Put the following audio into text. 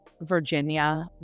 Virginia